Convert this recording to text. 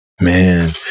Man